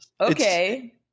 okay